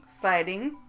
fighting